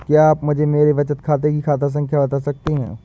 क्या आप मुझे मेरे बचत खाते की खाता संख्या बता सकते हैं?